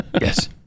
Yes